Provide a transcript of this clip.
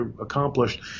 accomplished